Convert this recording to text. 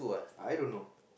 I don't know